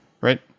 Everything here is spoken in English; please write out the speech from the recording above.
right